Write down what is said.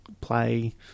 play